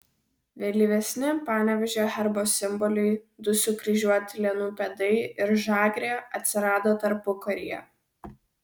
vėlyvesni panevėžio herbo simboliai du sukryžiuoti linų pėdai ir žagrė atsirado tarpukaryje